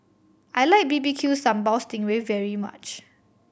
I like B B Q Sambal sting ray very much